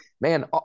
Man